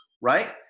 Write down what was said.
right